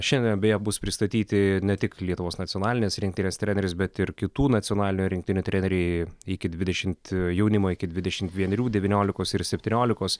šiandien beje bus pristatyti ne tik lietuvos nacionalinės rinktinės treneris bet ir kitų nacionalinių rinktinių treneriai iki dvidešimt jaunimo iki dvidešimt vienerių devyniolikos ir septyniolikos